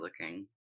looking